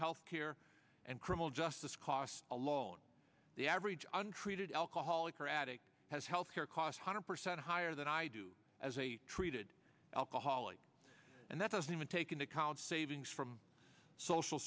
health care and criminal justice costs alone the average untreated alcoholic or addict has health care costs hundred percent higher than i do as a treated alcoholic and that doesn't even take into account savings from social